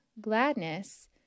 gladness